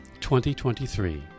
2023